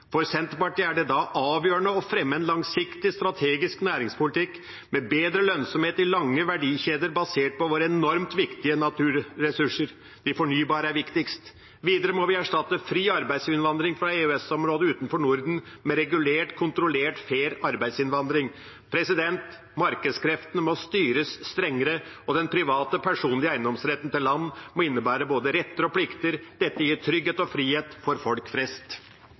For Senterpartiet er det da avgjørende å fremme en langsiktig strategisk næringspolitikk med bedre lønnsomhet i lange verdikjeder basert på våre enormt viktige naturressurser. De fornybare er viktigst. Videre må vi erstatte fri arbeidsinnvandring fra EØS-området utenfor Norden med regulert, kontrollert fair arbeidsinnvandring. Markedskreftene må styres strengere, og den private, personlige eiendomsretten til land må innebære både retter og plikter. Dette gir trygghet og frihet for folk flest.